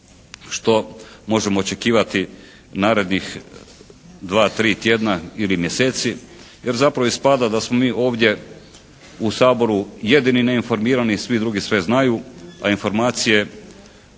što možemo očekivati narednih 2, 3 tjedna ili mjeseci. Jer zapravo ispada da smo mi ovdje u Saboru jedini neinformirani, svi drugi sve znaju, a informacije